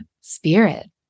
spirit